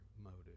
motive